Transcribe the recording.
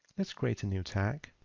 let's create a new tag.